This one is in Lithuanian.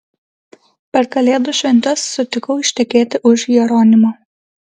per kalėdų šventes sutikau ištekėti už jeronimo